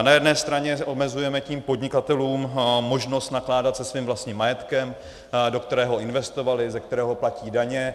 Na jedné straně tím omezujeme podnikatelům možnost nakládat se svým vlastním majetkem, do kterého investovali, ze kterého platí daně.